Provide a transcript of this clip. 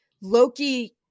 Loki